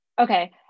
Okay